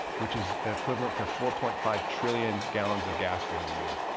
which is equivalent to four point five trillion gallons of gasoline a year.